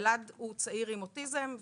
אלעד הוא צעיר עם אוטיזם.